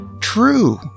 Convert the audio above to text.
True